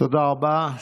תודה רבה.